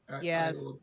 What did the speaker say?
Yes